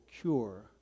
cure